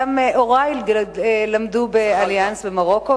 גם הורי למדו ב"אליאנס" במרוקו,